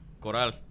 Coral